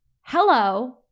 hello